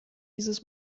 dieses